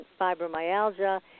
fibromyalgia